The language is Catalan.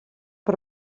per